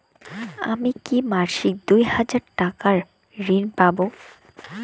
আমি কি মাসিক দুই হাজার টাকার ঋণ পাব?